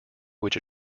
which